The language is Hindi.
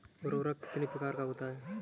उर्वरक कितने प्रकार का होता है?